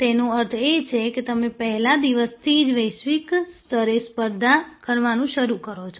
તેનો અર્થ એ કે તમે પહેલા દિવસથી જ વૈશ્વિક ક્ષેત્રે સ્પર્ધા કરવાનું શરૂ કરો છો